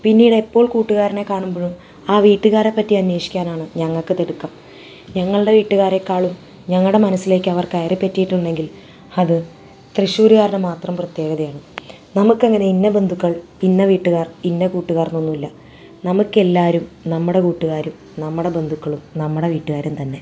പിന്നീട് എപ്പോൾ കൂട്ടുകാരനെ കാണുമ്പഴും ആ വീട്ടുകാരെ പറ്റി അന്വേഷിക്കാനാണ് ഞങ്ങൾക്ക് തിടുക്കം ഞങ്ങളുടെ വീട്ടുകാരേക്കാളും ഞങ്ങളുടെ മനസ്സിലേക്ക് അവർ കയറിപറ്റിട്ടുണ്ടെങ്കിൽ അത് തൃശ്ശൂരുകാരുടെ മാത്രം പ്രത്യേകതയാണ് നമുക്ക് ഇങ്ങനെ ഇന്ന ബന്ധുക്കൾ ഇന്ന വീട്ടുകാർ ഇന്ന കൂട്ടുകാർ എന്നൊന്നും ഇല്ല നമുക്ക് എല്ലാവരും നമ്മുടെ കൂട്ടുകാരും നമ്മുടെ ബന്ധുക്കളും നമ്മുടെ വീട്ടുകാരും തന്നെ